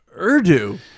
Urdu